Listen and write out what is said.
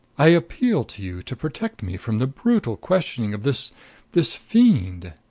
i appeal to you to protect me from the brutal questioning of this this fiend.